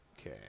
Okay